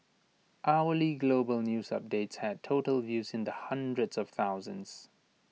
hourly global news updates had total views in the hundreds of thousands